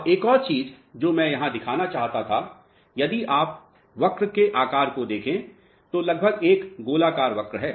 अब एक और चीज़ जो मैं यहाँ दिखाना चाहता था यदि आप वक्र के आकार को देखें तो लगभग एक गोलाकार वक्र है